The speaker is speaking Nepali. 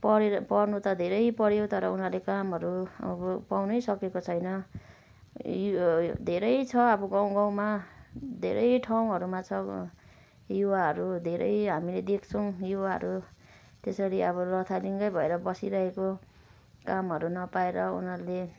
पढेर पढ्नु त धेरै पढ्यो तर उनीहरूले कामहरू अब पाउनै सकेको छैन यो धेरै छ अब गाउँ गाउँमा धेरै ठाउँहरूमा छ युवाहरू धेरै हामीले देख्छौँ युवाहरू त्यसरी अब लथालिङ्गै भएर बसिरहेको कामहरू नपाएर उनीहरूले